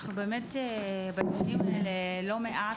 אנחנו באמת בדיונים האלה לא מעט,